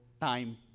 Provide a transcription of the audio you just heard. time